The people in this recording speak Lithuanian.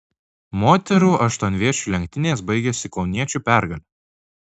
moterų aštuonviečių lenktynės baigėsi kauniečių pergale